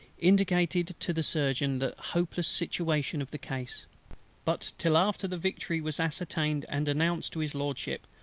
indicated to the surgeon the hopeless situation of the case but till after the victory was ascertained and announced to his lordship,